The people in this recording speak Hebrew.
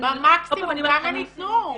-- במקסימום כמה ניתנו?